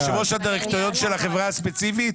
יושב ראש הדירקטוריון של החברה הספציפית?